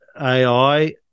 AI